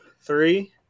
Three